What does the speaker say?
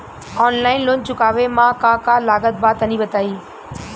Online loan चुकावे म का का लागत बा तनि बताई?